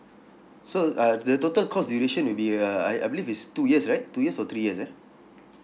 so uh the total course duration will be uh I I believe is two years right two years or three years ah